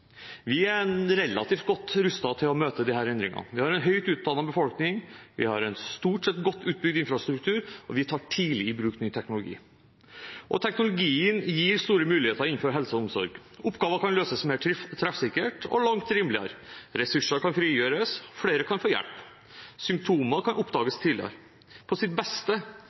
Vi er relativt godt rustet til å møte disse endringene. Vi har en høyt utdannet befolkning, vi har en stort sett godt utbygd infrastruktur, og vi tar tidlig i bruk ny teknologi. Teknologien gir store muligheter innenfor helse og omsorg: Oppgaver kan løses mer treffsikkert og langt rimeligere. Ressurser kan frigjøres. Flere kan få hjelp. Symptomer kan oppdages tidligere. På sitt beste